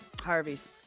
Harvey's